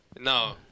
No